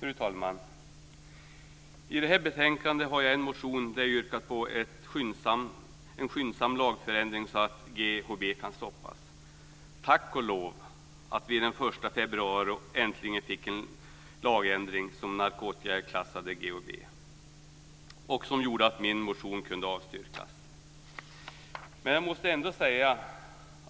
Fru talman! I det här betänkandet har jag en motion där jag yrkar på en skyndsam lagförändring så att GHB kan stoppas. Tack och lov att vi den 1 februari äntligen fick en lagändring som narkotikaklassade GHB. Den lagändringen gjorde att min motion kunde avstyrkas. Men jag måste ändå säga